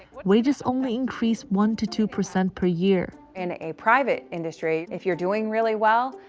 wages only increase one to two percent per year in a private industry. if you're doing really well,